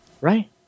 Right